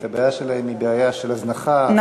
הבעיה שלהם היא בעיה של הזנחה,